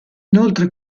inoltre